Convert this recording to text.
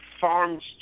farms